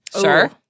Sure